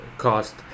cost